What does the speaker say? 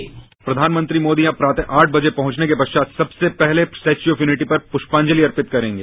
bite प्रधानमंत्री मोदी यहां प्रातरू आठ बजे पहुंचने के पश्चात सबसे पहले स्टैच्यू ऑफ यूनिटी पर पुष्पांजलि अर्पित करेंगे